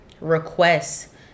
Requests